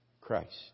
Christ